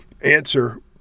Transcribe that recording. answer